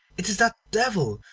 it is that devil,